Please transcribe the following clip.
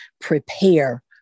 prepare